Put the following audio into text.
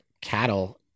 cattle –